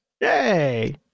Yay